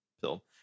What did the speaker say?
pill